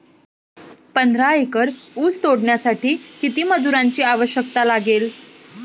पंधरा एकर ऊस तोडण्यासाठी किती मजुरांची आवश्यकता लागेल?